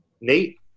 Nate